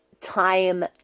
time